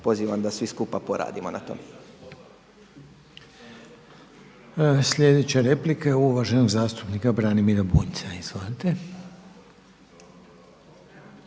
pozivam da svi skupa poradimo na tome. **Reiner, Željko (HDZ)** Sljedeća replika je uvaženog zastupnika Branimira Bunjca. Izvolite.